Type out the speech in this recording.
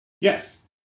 Yes